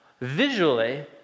visually